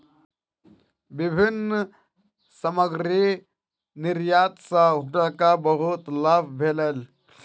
विभिन्न सामग्री निर्यात सॅ हुनका बहुत लाभ भेलैन